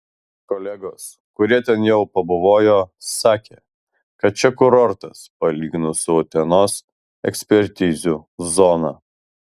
kolegos kurie ten jau pabuvojo sakė kad čia kurortas palyginus su utenos ekspertizių zona